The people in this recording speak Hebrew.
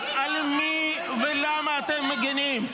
אז על מי ולמה אתם מגינים?